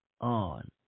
on